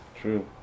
True